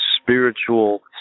spiritual